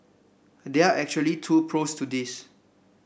there are actually two pros to this